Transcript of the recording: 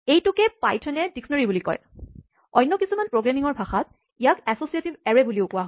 এইটোকে পাইথনে ডিস্কনেৰীবুলি কয় অন্য কিছুমান প্ৰগ্ৰেমিঙৰ ভাষাত ইয়াক এছ'ছিয়েটিভ এৰে বুলিয়ো কোৱা হয়